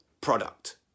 product